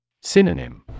Synonym